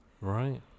Right